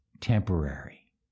temporary